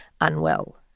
unwell